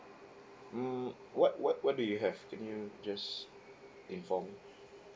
mm what what what do you have can you just inform